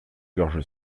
gorge